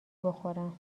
بخورم